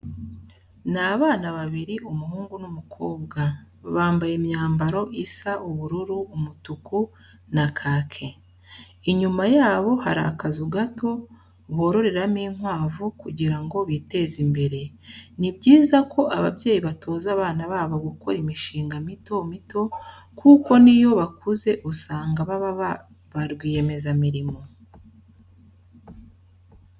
Ni abana babiri, umuhungu n'umukobwa, bambaye imyambaro isa ubururu, umutuku na kake. Inyuma yabo hari akazu gato bororeramo inkwavu kugira ngo biteze imbere. Ni byiza ko ababyeyi batoza abana babo gukora imishinga mito mito kuko n'iyo bakuze usanga baba ba rwiyemezamirimo.